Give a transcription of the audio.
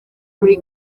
muri